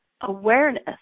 awareness